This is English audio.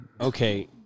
Okay